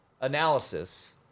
analysis